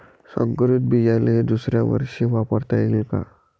संकरीत बियाणे हे दुसऱ्यावर्षी वापरता येईन का?